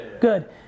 Good